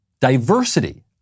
diversity